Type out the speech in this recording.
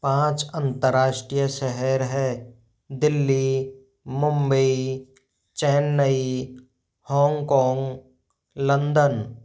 पाँच अंतरराष्टीय शहर हैं Delhi Mumbai Chennai Hong Kong London